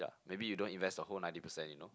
maybe you don't invest the whole ninety percent you know